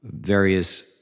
various